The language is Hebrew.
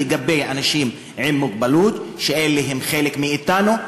לגבי אנשים עם מוגבלות: הם חלק מאתנו,